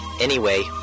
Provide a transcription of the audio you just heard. Anyway